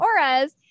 auras